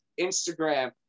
Instagram